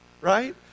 right